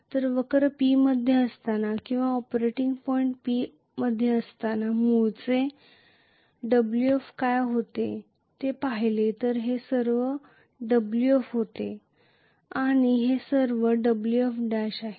तर वक्र P मध्ये असताना किंवा ऑपरेटिंग पॉईंट P मध्ये असताना मूळचे Wf काय होते ते पाहिले तर हे सर्व Wf होते आणि हे सर्व Wf' आहे